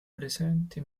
presenti